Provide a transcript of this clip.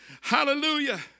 Hallelujah